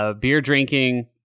beer-drinking